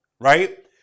right